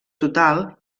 total